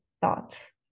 thoughts